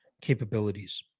capabilities